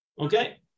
Okay